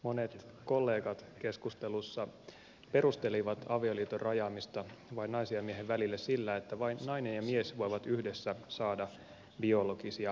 monet kollegat keskustelussa perustelivat avioliiton rajaamista vain naisen ja miehen välille sillä että vain nainen ja mies voivat yhdessä saada biologisia lapsia